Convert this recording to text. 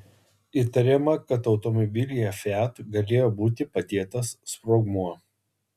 įtariama kad automobilyje fiat galėjo būti padėtas sprogmuo